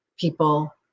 people